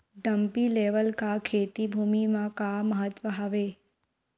Dumpy level का खेती भुमि म का महत्व हावे?